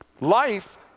Life